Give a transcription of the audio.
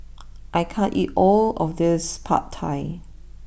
I can't eat all of this Pad Thai